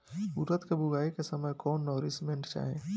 उरद के बुआई के समय कौन नौरिश्मेंट चाही?